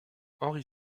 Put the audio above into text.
henri